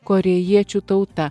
korėjiečių tauta